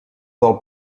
del